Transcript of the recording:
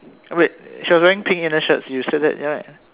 wait she was wearing pink inner shirt you said that right